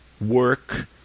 work